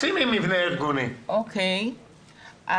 המדויק של העלות.